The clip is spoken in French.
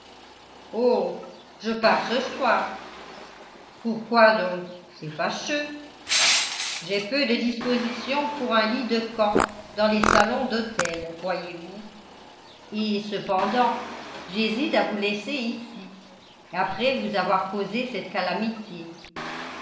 je pars ce soir pourquoi donc c'est fâcheux j'ai peu de dispositions pour un lit de camp dans les salons d'hôtels voyez-vous et cependant j'hésite à vous laisser ici après vous avoir causé cette calamité